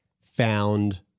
found